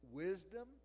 wisdom